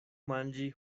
manĝi